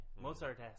Mozart